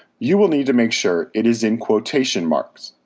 you will need to make sure it is in quotation marks.